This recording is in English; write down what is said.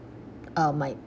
uh my